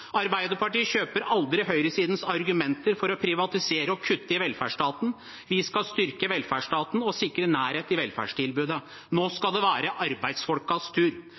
Arbeiderpartiet kjøper aldri høyresidens argumenter for å privatisere og kutte i velferdsstaten. Vi skal styrke velferdsstaten og sikre nærhet til velferdstilbudet. Nå skal det være arbeidsfolks tur.